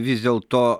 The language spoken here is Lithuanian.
vis dėlto